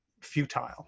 futile